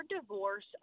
divorce